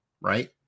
right